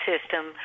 system